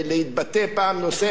אתם יכולים לצאת להתחבק בחוץ.